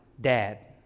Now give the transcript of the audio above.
dad